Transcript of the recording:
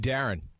Darren